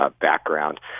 background